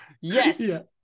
yes